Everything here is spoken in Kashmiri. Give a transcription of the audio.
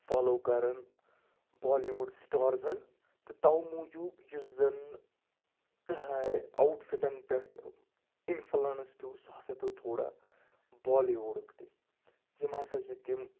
فالو کَرَن بالی وُڈ سٹارزَن تہٕ تَوٕ موٗجوٗب یُس زَن آوُٹ فِٹَن پیٚٹھ اِنفلَنٕس پیٚو سُہ ہَسا پیوٚو تھوڑا بالی وُڈُک تہِ یِم ہَسا چھِ تِم